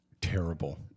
Terrible